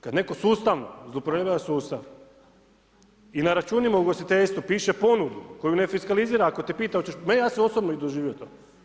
Kada netko sustavno zloupotrebljava sustav i na računima u ugostiteljstvu, piše ponudu, koju ne fisklaizira, ako te pita, ma ja sam osobno i doživio to.